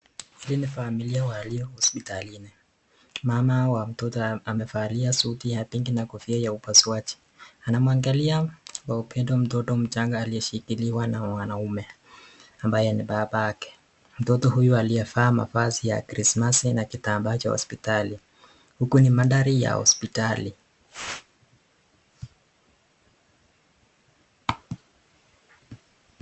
Hii ni familia walio hosipitalini. Mama wa mtoto amevalia suti ya [pink] na kofia ya upasuaji. Anamwangalia kwa upendo mtoto mchanga aliye shikiliwa na mwanaume, ambaye ni babake. Mtoto huyu alivaa mavazi ya krismasi na kitambaa cha hosipitali. Hukuu ni mandharii ya hosipitali.